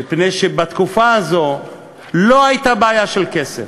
מפני שבתקופה הזאת לא הייתה בעיה של כסף,